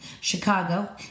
Chicago